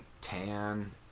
tan